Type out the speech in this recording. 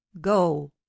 go